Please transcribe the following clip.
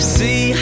see